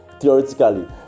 theoretically